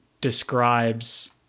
describes